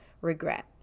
regret